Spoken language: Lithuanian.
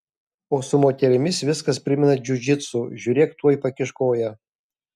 o su moterimis viskas primena džiudžitsu žiūrėk tuoj pakiš koją